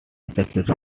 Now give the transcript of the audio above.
successful